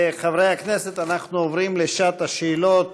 חברי הכנסת, אנחנו עוברים לשעת שאלות